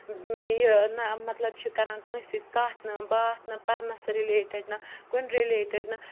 مےٚ یہِ نہ مطلب چھِ کَران کٲنٛسہِ سۭتۍ کَتھ نہٕ باتھ نہٕ پَرنَس رِلیٹڈ نہٕ کُنہِ رِلیٹڈ نہٕ